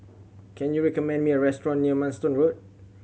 can you recommend me a restaurant near Manston Road